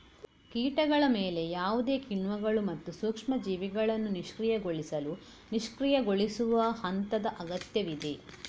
ಕೀಟಗಳ ಮೇಲೆ ಯಾವುದೇ ಕಿಣ್ವಗಳು ಮತ್ತು ಸೂಕ್ಷ್ಮ ಜೀವಿಗಳನ್ನು ನಿಷ್ಕ್ರಿಯಗೊಳಿಸಲು ನಿಷ್ಕ್ರಿಯಗೊಳಿಸುವ ಹಂತದ ಅಗತ್ಯವಿದೆ